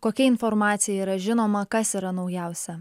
kokia informacija yra žinoma kas yra naujausia